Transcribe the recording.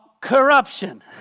corruption